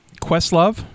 Questlove